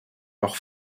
leur